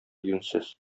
юньсез